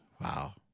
Wow